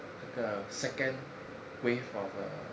那个 second wave of a